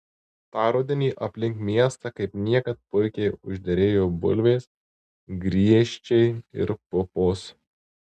tą rudenį aplink miestą kaip niekad puikiai užderėjo bulvės griežčiai ir pupos